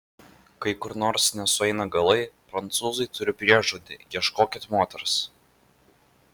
kai kur nors nesueina galai prancūzai turi priežodį ieškokit moters